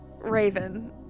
Raven